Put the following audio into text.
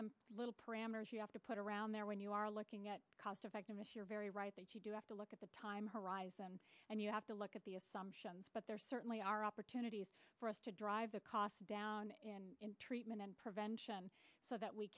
some little parameters you have to put around there when you are looking at cost effectiveness you're very right but you do have to look at the time horizon and you have to look at the assumptions but there certainly are opportunities for us to drive the cost down treatment and prevention so that we